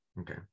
Okay